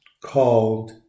called